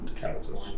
Kansas